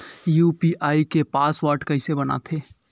UPI के password कइसे बनाथे?